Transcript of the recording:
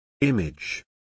Image